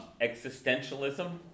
Existentialism